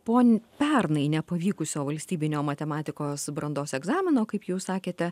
po pernai nepavykusio valstybinio matematikos brandos egzamino kaip jūs sakėte